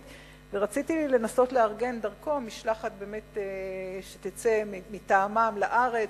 ורציתי לנסות לארגן דרכו משלחת שתצא מטעמם לארץ,